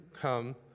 come